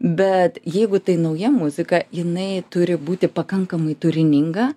bet jeigu tai nauja muzika jinai turi būti pakankamai turininga